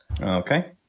Okay